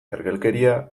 ergelkeria